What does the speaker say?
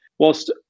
Whilst